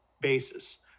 basis